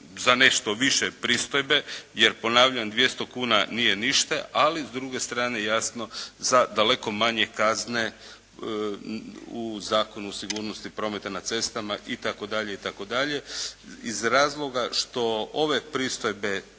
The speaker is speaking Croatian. za nešto više pristojbe, jer ponavljam 200 kuna nije ništa, ali s druge strane jasno za daleko manje kazne u Zakonu o sigurnosti prometa na cestama itd. iz